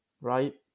right